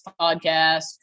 podcast